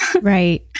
right